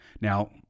Now